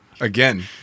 Again